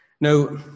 Now